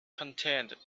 contained